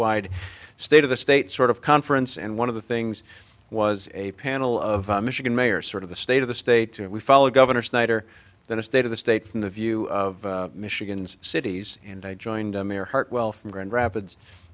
statewide state of the state sort of conference and one of the things was a panel of michigan mayors sort of the state of the state we followed governor snyder then a state of the state from the view of michigan's cities and i joined a mere hartwell from grand rapids